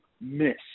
Miss